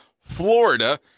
Florida